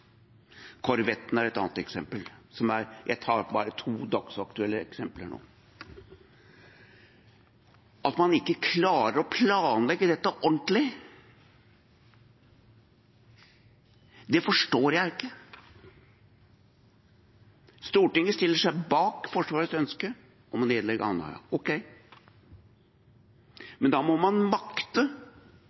Korvetten er et annet eksempel. Jeg tar bare to dagsaktuelle eksempler nå. At man ikke klarer å planlegge dette ordentlig, forstår jeg ikke. Stortinget stiller seg bak Forsvarets ønske om å nedlegge Andøya, ok, men da må man makte